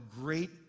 great